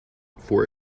for